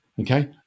okay